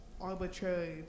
arbitrary